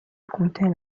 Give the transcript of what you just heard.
comptaient